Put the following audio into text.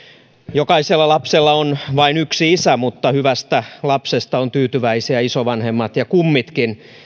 jokaisella lapsella on vain yksi isä mutta hyvästä lapsesta ovat tyytyväisiä isovanhemmat ja kummitkin